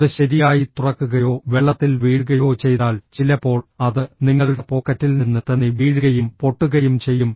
അത് ശരിയായി തുറക്കുകയോ വെള്ളത്തിൽ വീഴുകയോ ചെയ്താൽ ചിലപ്പോൾ അത് നിങ്ങളുടെ പോക്കറ്റിൽ നിന്ന് തെന്നി വീഴുകയും പൊട്ടുകയും ചെയ്യും